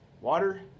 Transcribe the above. Water